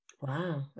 Wow